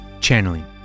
Channeling